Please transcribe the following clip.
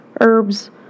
herbs